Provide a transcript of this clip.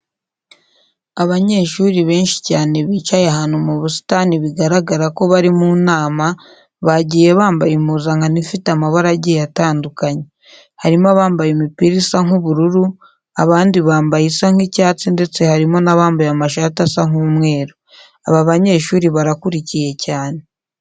Abanyeshuri benshi cyane bicaye ahantu mu busitani bigaragara ko bari mu nama, bagiye bambaye impuzankano ifite amabara agiye atandukanye. Harimo abambaye imipira isa nk'ubururu, abandi bambaye isa nk'icyatsi ndetse harimo n'abambaye amashati asa nk'umweru. Aba banyeshuri barakurikiye cyane.